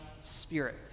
spirit